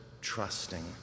trusting